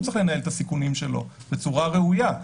הוא צריך לנהל את הסיכונים שלו בצורה ראויה.